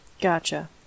Gotcha